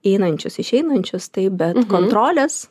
įeinančius išeinančius tai bet kontrolės